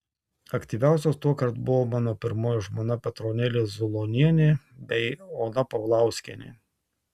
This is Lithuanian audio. aktyviausios tuokart buvo mano pirmoji žmona petronėlė zulonienė bei ona paulauskienė